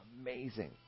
amazing